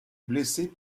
blessées